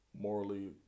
Morally